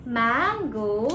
mango